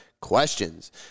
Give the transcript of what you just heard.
questions